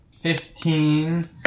Fifteen